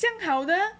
这样好的